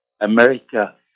America